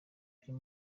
byo